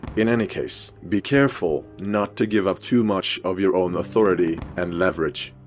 in any case, be careful not to give up too much of your own authority and leverage.